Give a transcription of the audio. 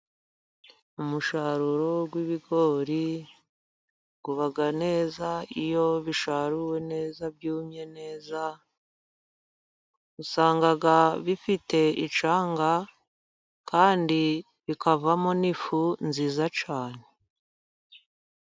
Umusaruro w'ibigori uba neza iyo bisharuwe neza, byumye neza, usanga bifite icyanga, kandi bikavamo n'ifu nziza cyane.